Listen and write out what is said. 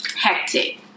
hectic